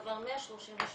עברו 133 ימים.